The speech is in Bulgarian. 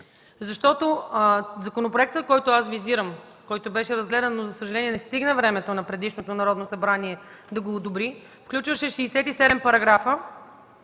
защото законопроектът, който визирам, който беше разгледан, но, за съжаление, времето на предишното Народно събрание не стигна, за да го одобри, включваше 67 параграфа.